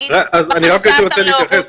תגידו ב-15 באוגוסט,